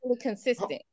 consistent